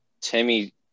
Timmy